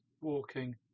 walking